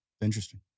Interesting